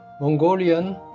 Mongolian